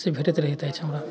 से भेटैत रहैत अछि हमरा